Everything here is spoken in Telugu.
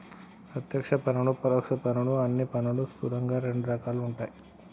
ప్రత్యక్ష పన్నులు, పరోక్ష పన్నులు అని పన్నులు స్థూలంగా రెండు రకాలుగా ఉంటయ్